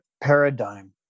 paradigm